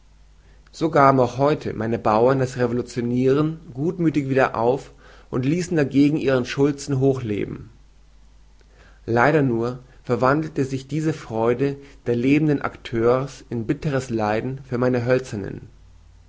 gaben auch heute meine bauern das revoluzioniren gutmüthig wieder auf und ließen dagegen ihren schulzen hochleben leider nur verwandelte sich diese freude der lebenden akteurs in bitteres leid für meine hölzernen